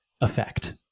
effect